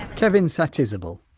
whitekevin satizabal.